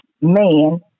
man